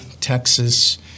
Texas